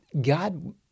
God